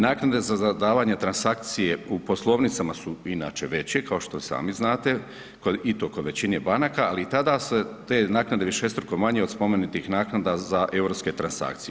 Naknade za davanje transakcije u poslovnicima su inače veće, kao što i sami znate i to kod većine banaka, ali i tada se te naknade višestruko manje od spomenutih naknada za europske transakcije.